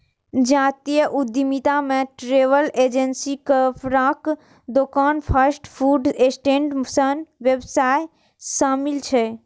जातीय उद्यमिता मे ट्रैवल एजेंसी, कपड़ाक दोकान, फास्ट फूड स्टैंड सन व्यवसाय शामिल छै